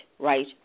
Right